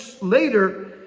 later